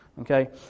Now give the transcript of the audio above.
Okay